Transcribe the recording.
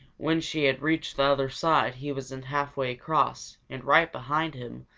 when she had reached the other side, he wasn't halfway across, and right behind him,